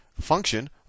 function